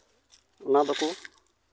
ᱚᱱᱟ ᱫᱚᱠᱚ